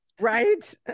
Right